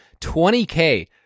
20K